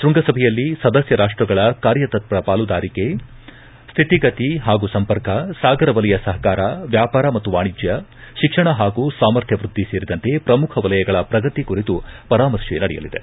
ಶ್ವಂಗಸಭೆಯಲ್ಲಿ ಸದಸ್ತ ರಾಷ್ಟಗಳ ಕಾರ್ಯತತ್ವರ ಪಾಲುದಾರಿಕೆಯ ಸ್ವಿತಿಗತಿ ಹಾಗೂ ಸಂಪರ್ಕ ಸಾಗರ ವಲಯ ಸಹಕಾರ ವ್ಯಾಪಾರ ಮತ್ತು ವಾಣಿಜ್ಯ ಶಿಕ್ಷಣ ಹಾಗೂ ಸಾಮರ್ಥ್ಯ ವೃದ್ದಿ ಸೇರಿದಂತೆ ಪ್ರಮುಖ ವಲಯಗಳ ಪ್ರಗತಿ ಕುರಿತು ಪರಾಮರ್ತೆ ನಡೆಯಲಿದೆ